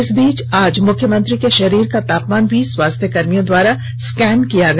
इस बीच आज मुख्यमंत्री के शरीर का तापमान भी स्वास्थ्य कर्मियों द्वारा स्कैन किया गया